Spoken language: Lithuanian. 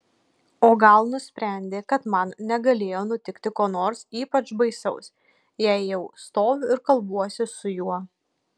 o gal nusprendė kad man negalėjo nutikti ko nors ypač baisaus jei jau stoviu ir kalbuosi su juo